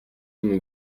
and